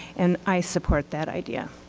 and i support that idea.